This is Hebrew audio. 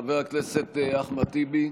חבר הכנסת אחמד טיבי,